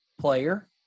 player